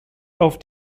auf